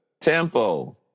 tempo